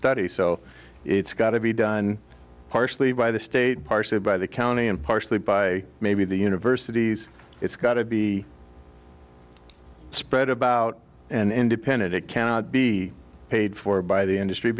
study so it's got to be done partially by the state partially by the county and partially by maybe the universities it's got to be spread about and independent it cannot be paid for by the industry